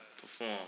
perform